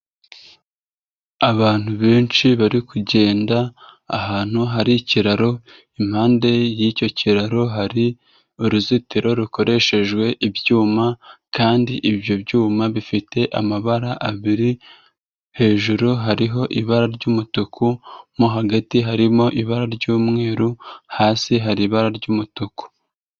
Abantu benshi bari kugenda ahantu hari ikiraro, impande y'icyo kiraro hari uruzitiro rukoreshejwe ibyuma, kandi ibyo byuma bifite amabara abiri; hejuru hariho ibara ry'umutuku, mo hagati harimo ibara ry'umweru, hasi hari ibara ry'umutuku.